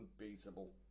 unbeatable